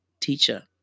teacher